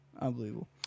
Unbelievable